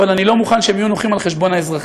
אבל אני לא מוכן שהם יהיו נוחים על חשבון האזרחים.